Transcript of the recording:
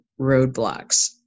roadblocks